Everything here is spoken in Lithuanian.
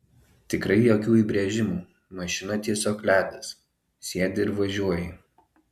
tikrai jokių įbrėžimų mašina tiesiog ledas sėdi ir važiuoji